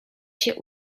się